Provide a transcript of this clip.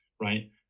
right